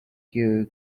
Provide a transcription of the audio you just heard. you